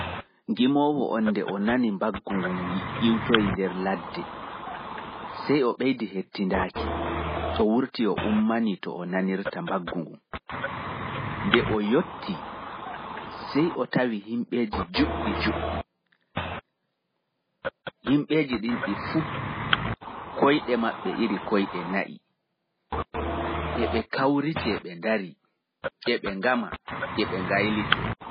Ngimoowo on nde o nani mbaggu ngun ƴiwtoi ladde sai o ɓeidi hettindaaki, o wurti o ummani to o nanirta mbaggu ngun. Nde o yotti sai o tawi himɓeeji jutɗi ɗi koiɗe na'I e ngama e ngailito